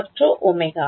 ছাত্র Ω